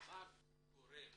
מה גורם